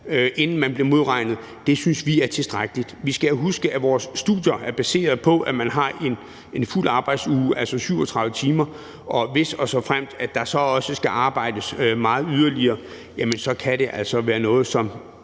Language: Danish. inden man bliver modregnet. Det synes vi er tilstrækkeligt. Vi skal huske, at vores studier er baseret på, at man har en fuld arbejdsuge, altså 37 timer, og hvis og såfremt der så også skal arbejdes meget yderligere, kan det altså være noget,